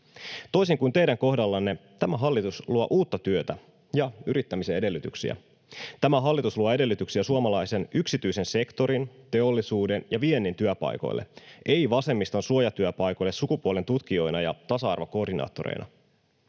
Toisin kuin teidän kohdallanne, tämä hallitus luo uutta työtä ja yrittämisen edellytyksiä. Tämä hallitus luo edellytyksiä suomalaisen yksityisen sektorin, teollisuuden ja viennin työpaikoille, ei vasemmiston suojatyöpaikoille sukupuolentutkijoina ja tasa-arvokoordinaattoreina.